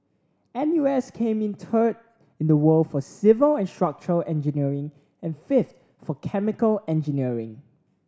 N U S came in third in the world for civil and structural engineering and fifth for chemical engineering